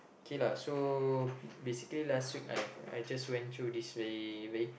K lah so basically last week I I just went through this way way